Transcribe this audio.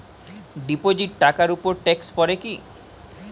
Deposit টাকার উপর tax পড়ে কি?